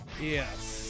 Yes